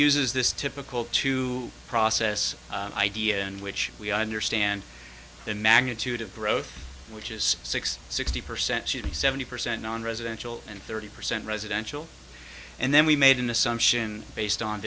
uses this typical to process idea and which we understand the magnitude of growth which is six sixty percent to seventy percent nonresidential and thirty percent residential and then we made an assumption based on